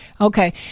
Okay